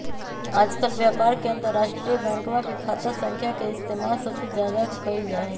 आजकल व्यापार में अंतर्राष्ट्रीय बैंकवा के खाता संख्या के इस्तेमाल सबसे ज्यादा कइल जाहई